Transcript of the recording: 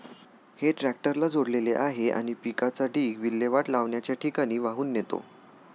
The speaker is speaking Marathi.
हे ट्रॅक्टरला जोडलेले आहे आणि पिकाचा ढीग विल्हेवाट लावण्याच्या ठिकाणी वाहून नेतो